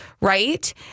Right